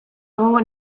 egongo